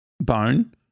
bone